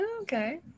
Okay